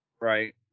Right